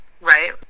Right